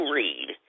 read